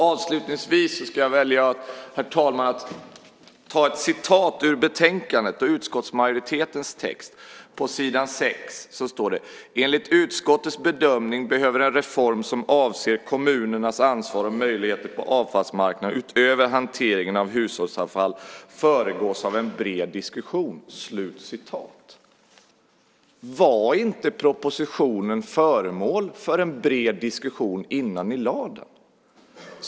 Avslutningsvis väljer jag, herr talman, att ta ett citat ur betänkandet och utskottsmajoritetens text. På s. 6 står det: "Enligt utskottets bedömning behöver en reform som avser kommunernas . ansvar och möjligheter på avfallsmarknaden - utöver hanteringen av hushållsavfall - föregås av en bred diskussion." Var inte propositionen föremål för en bred diskussionen innan ni lade fram den?